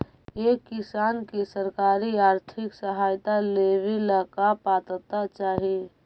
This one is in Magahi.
एक किसान के सरकारी आर्थिक सहायता लेवेला का पात्रता चाही?